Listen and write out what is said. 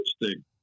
Interesting